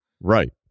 Right